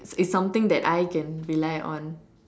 it's it's something that I can rely on